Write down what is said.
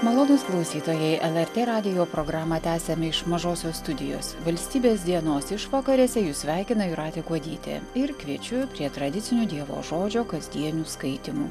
malonūs klausytojai lrt radijo programą tęsiame iš mažosios studijos valstybės dienos išvakarėse jus sveikina jūratė kuodytė ir kviečiu prie tradicinių dievo žodžio kasdienių skaitymų